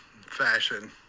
fashion